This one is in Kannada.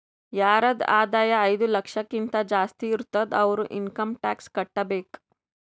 ಯಾರದ್ ಆದಾಯ ಐಯ್ದ ಲಕ್ಷಕಿಂತಾ ಜಾಸ್ತಿ ಇರ್ತುದ್ ಅವ್ರು ಇನ್ಕಮ್ ಟ್ಯಾಕ್ಸ್ ಕಟ್ಟಬೇಕ್